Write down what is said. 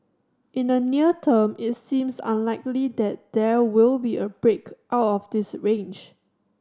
in the near term it seems unlikely that there will be a break out of this range